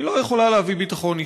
היא לא יכולה להביא ביטחון אישי.